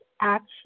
action